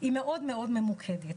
היא מאוד מאוד ממוקדת.